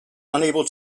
unable